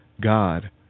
God